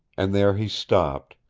and there he stopped,